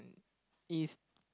is